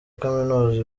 kaminuza